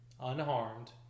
unharmed